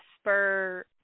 spur